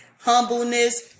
humbleness